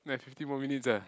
like fifteen more minutes ah